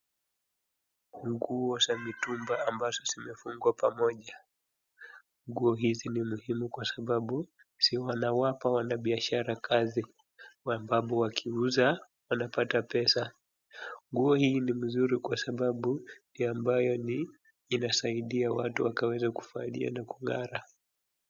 Nguo za mitumba ambazo zimefungwa pamoja. Nguo hizi ni muhimu kwa sababu zinawapa wanabiashara kazi kwa sababu wakiuuza wanapata pesa. Nguo hii ni mzuri kwa sababu ambayo ni inasaidia watu wakavalie na kungara.